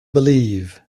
believe